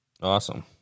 Awesome